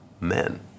men